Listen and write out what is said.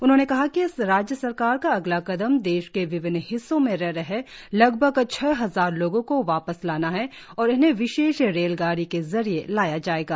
उन्होंने कहा कि राज्य सरकार का अगला कदम देश के विभिन्न हिस्सों में रह रहे लगभग छह हजार लोगों को वापस लाना है और इन्हें विशेष रेलगाड़ी के जरिए लाया जायेगा